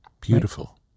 Beautiful